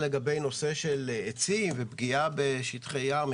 נושא אחד היה נושא של עצים ופגיעה בשטחי יער.